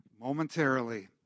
momentarily